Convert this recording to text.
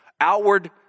Outward